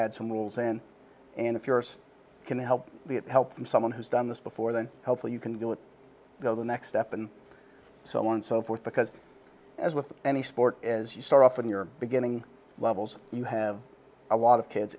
add some rules in and if yours can help you get help from someone who's done this before then hopefully you can do it though the next step and so on and so forth because as with any sport as you start off in your beginning levels you have a lot of kids